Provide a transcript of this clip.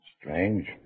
Strange